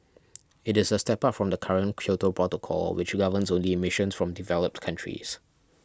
it is a step up from the current Kyoto Protocol which governs only emissions from developed countries